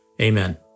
Amen